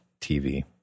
TV